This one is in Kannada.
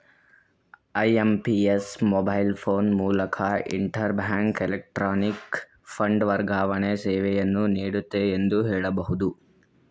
ಐ.ಎಂ.ಪಿ.ಎಸ್ ಮೊಬೈಲ್ ಫೋನ್ ಮೂಲಕ ಇಂಟರ್ ಬ್ಯಾಂಕ್ ಎಲೆಕ್ಟ್ರಾನಿಕ್ ಫಂಡ್ ವರ್ಗಾವಣೆ ಸೇವೆಯನ್ನು ನೀಡುತ್ತೆ ಎಂದು ಹೇಳಬಹುದು